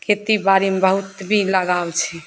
खेतीबाड़ीमे बहुत भी लगाब छै